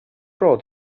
road